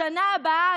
בשנה הבאה,